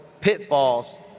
pitfalls